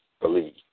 believe